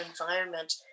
environment